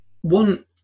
one